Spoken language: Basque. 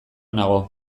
nago